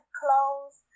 clothes